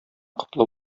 котлы